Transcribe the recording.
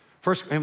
First